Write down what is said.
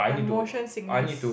like motion sickness